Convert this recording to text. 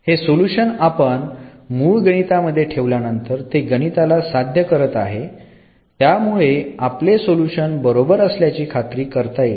हे सोल्युशन आपण मूळ गणितामध्ये ठेवल्यानंतर ते गणिताला साध्य करत आहे त्यामुळे आपले सोल्युशन बरोबर असल्याची खात्री करता येते